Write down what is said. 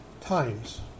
times